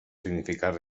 significar